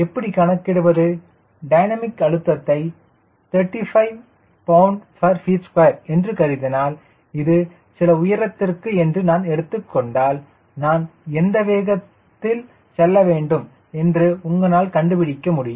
எப்படி கணக்கிடுவது டைனமிக் அழுத்தத்தை 35 lbft2 என்றுகருதினால் இது சில உயரத்திற்கு என்று நான் எடுத்துக் கொண்டால் நான் எந்த வேகத்தில் செல்ல முடியும் என்பதை உங்களால் கண்டுபிடிக்க முடியும்